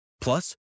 Plus